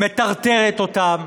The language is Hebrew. היא מטרטרת אותם,